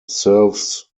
serves